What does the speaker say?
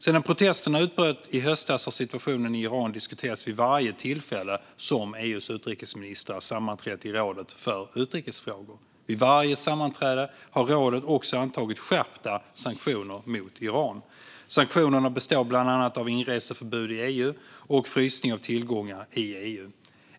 Sedan protesterna utbröt i höstas har situationen i Iran diskuterats vid varje tillfälle som EU:s utrikesministrar sammanträtt i rådet för utrikes frågor. Vid varje sammanträde har rådet också antagit skärpta sanktioner mot Iran. Sanktionerna består bland annat av inreseförbud i EU och frysning av tillgångar i EU.